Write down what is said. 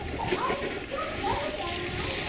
but abby can still play with elmo.